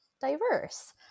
diverse